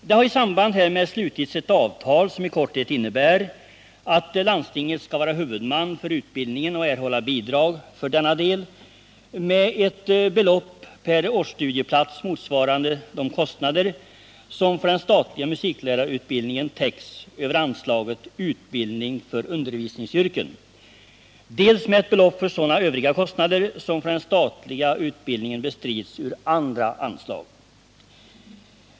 Det har i samband härmed slutits ett avtal, som i korthet innebär att landstinget skall vara huvudman för utbildningen och erhålla bidrag för denna, dels med ett belopp per årsstudieplats motsvarande de kostnader som för den statliga musiklärarutbildningen täcks över anslaget Utbildning för undervisningsyrken, dels med ett belopp för sådana övriga kostnader som för den statliga utbildningen bestrids ur andra anslag.